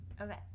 Okay